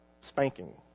spanking